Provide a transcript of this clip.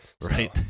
Right